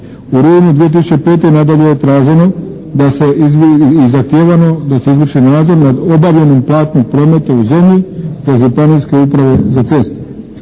U rujnu 2005. nadalje je traženo i zahtijevano da se izvrši nadzor nad obavljenom platnom prometa u zemlji za županijske uprave za ceste.